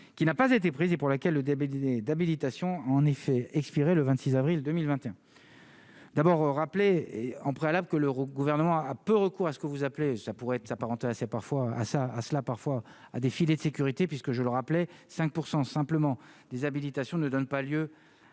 qui n'a pas été prise et pour laquelle le débat d'idées d'habilitation en effet expirer le 26 avril 2021. D'abord rappeler et en préalable que l'Euro gouvernement à peu recours à ce que vous appelez ça pourrait être, s'apparente à parfois à ça à cela parfois à des filets de sécurité puisque, je le rappelais 5 % simplement des habilitations, ne donne pas lieu